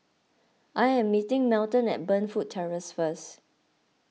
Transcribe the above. I am meeting Melton at Burnfoot Terrace first